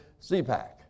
CPAC